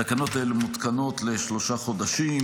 התקנות האלה מותקנות לשלושה חודשים.